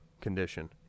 condition